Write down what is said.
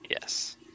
Yes